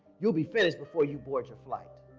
you'll be finished before you board your flight.